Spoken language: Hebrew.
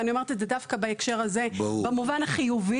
ואני אומרת זאת דווקא בהקשר הזה במובן החיובי,